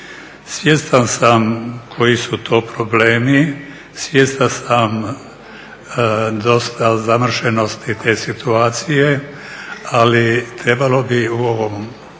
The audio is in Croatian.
Svjestan sam koji su to problemi, svjestan sam dosta zamršenosti te situacije, ali trebalo bi u ovom